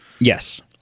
Yes